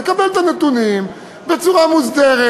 נקבל את הנתונים בצורה מוסדרת.